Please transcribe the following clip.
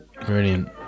Brilliant